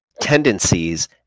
tendencies